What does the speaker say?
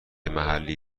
محلی